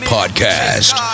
Podcast